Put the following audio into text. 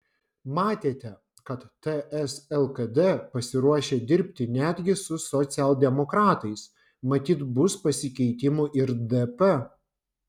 matėte kad ts lkd pasiruošę dirbti netgi su socialdemokratais matyt bus pasikeitimų ir dp